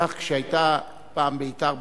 כך כשהיתה פעם בית"ר בית"ר,